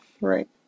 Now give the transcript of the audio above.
Right